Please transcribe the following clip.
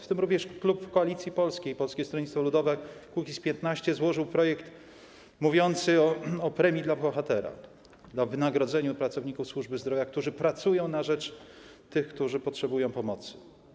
W tym również klub Koalicja Polska - Polskie Stronnictwo Ludowe - Kukiz15 złożył projekt mówiący o tzw. premii dla bohatera, o wynagrodzeniu pracowników służb zdrowia, którzy pracują na rzecz tych, którzy potrzebują pomocy.